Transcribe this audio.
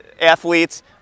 athletes